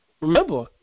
Remember